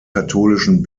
katholischen